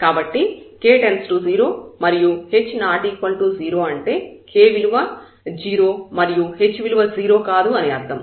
కాబట్టి k→0 మరియు h ≠0 అంటే k విలువ 0 మరియు h విలువ 0 కాదు అని అర్థం